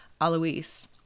Alois